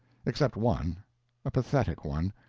except one a pathetic one.